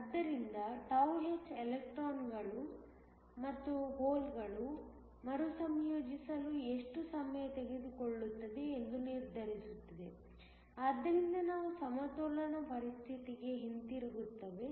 ಆದ್ದರಿಂದ τh ಎಲೆಕ್ಟ್ರಾನ್ಗಳು ಮತ್ತು ಹೋಲ್ಗಳು ಮರುಸಂಯೋಜಿಸಲು ಎಷ್ಟು ಸಮಯ ತೆಗೆದುಕೊಳ್ಳುತ್ತದೆ ಎಂದು ನಿರ್ಧರಿಸುತ್ತದೆ ಆದ್ದರಿಂದ ನಾವು ಸಮತೋಲನ ಪರಿಸ್ಥಿತಿಗೆ ಹಿಂತಿರುಗುತ್ತೇವೆ